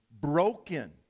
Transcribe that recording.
broken